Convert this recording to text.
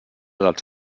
dels